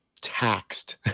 taxed